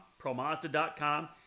promazda.com